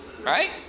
right